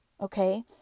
Okay